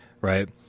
right